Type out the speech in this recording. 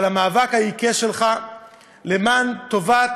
על המאבק העיקש שלך למען טובת